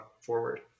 forward